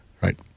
Right